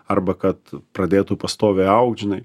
arba kad pradėtų pastoviai augt žinai